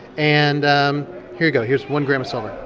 and um here you go. here's one gram of silver